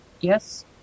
yes